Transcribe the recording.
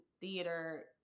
theater